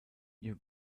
you